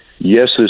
Yes